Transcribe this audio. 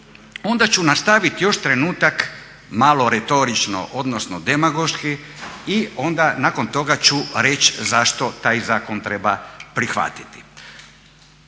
onda ću nastaviti još trenutak malo retoričko odnosno demagoški i onda nakon toga ću reći zašto taj zakon treba prihvatiti.